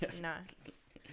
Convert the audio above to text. nice